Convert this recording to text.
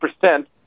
percent